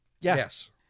Yes